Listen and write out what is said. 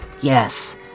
Yes